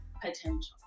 potential